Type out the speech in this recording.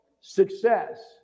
success